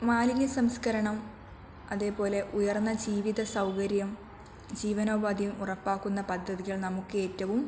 മാലിന്യ സംസ്കരണം അതേപോലെ ഉയർന്ന ജീവിത സൗകര്യം ജീവനോപാധിയും ഉറപ്പാക്കുന്ന പദ്ധതികൾ നമുക്ക് ഏറ്റവും